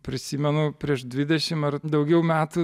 prisimenu prieš dvidešimt ar daugiau metų